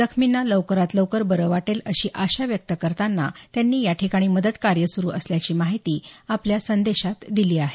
जखमींना लवकरात लवकर बरं वाटेल अशी आशा व्यक्त करताना त्यांनी या ठिकाणी मदत कार्य सुरू असल्याची माहिती आपल्या संदेशात दिली आहे